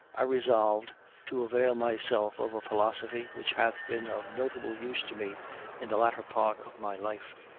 i resolved to avail myself of a philosophy which hath been of notable use to me in the latter part of my life,